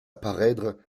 parèdre